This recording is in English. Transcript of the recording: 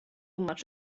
much